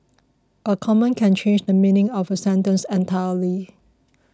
a comma can change the meaning of a sentence entirely